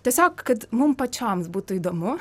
tiesiog kad mum pačioms būtų įdomu